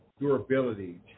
durability